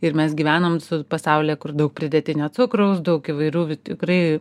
ir mes gyvenam pasaulyje kur daug pridėtinio cukraus daug įvairių tikrai